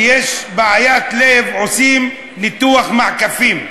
כשיש בעיית לב, עושים ניתוח מעקפים.